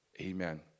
Amen